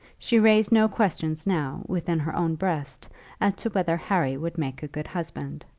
she raised no questions now within her own breast as to whether harry would make a good husband.